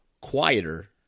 quieter